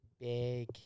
Big